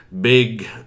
big